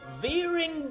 Veering